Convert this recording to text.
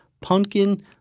pumpkin